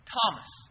Thomas